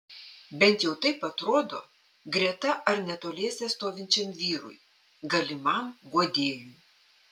bent jau taip atrodo greta ar netoliese stovinčiam vyrui galimam guodėjui